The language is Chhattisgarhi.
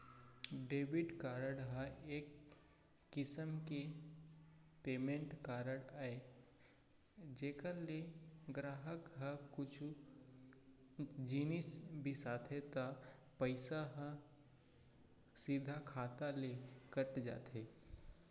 डेबिट कारड ह एक किसम के पेमेंट कारड अय जेकर ले गराहक ह कुछु जिनिस बिसाथे त पइसा ह सीधा खाता ले कट जाथे